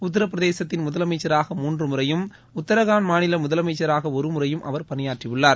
உத்தரப்பிரதேசத்தின் முதலமைச்சராக மூன்று முறையும் உத்தரகாண்ட் மாநில முதலமைச்சராக ஒரு முறையும் அவர் பணியாற்றி உள்ளார்